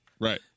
Right